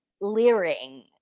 leering